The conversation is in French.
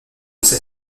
sait